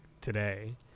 today